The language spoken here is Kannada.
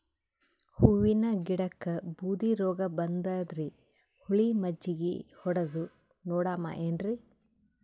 ಹೂವಿನ ಗಿಡಕ್ಕ ಬೂದಿ ರೋಗಬಂದದರಿ, ಹುಳಿ ಮಜ್ಜಗಿ ಹೊಡದು ನೋಡಮ ಏನ್ರೀ?